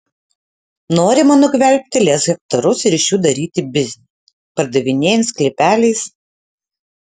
norima nugvelbti lez hektarus ir iš jų daryti biznį pardavinėjant sklypeliais